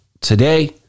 today